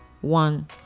one